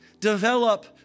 develop